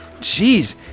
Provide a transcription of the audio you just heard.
Jeez